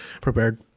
prepared